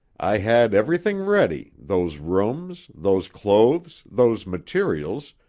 i had everything ready, those rooms, those clothes, those materials,